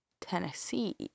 Tennessee